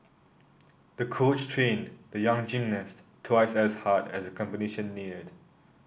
the coach trained the young gymnast twice as hard as the competition neared